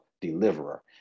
deliverer